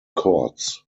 courts